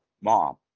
mom